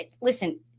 Listen